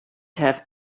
have